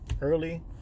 early